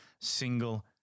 single